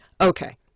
Okay